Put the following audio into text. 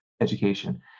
education